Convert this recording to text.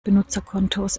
benutzerkontos